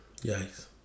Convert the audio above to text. Yikes